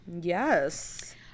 Yes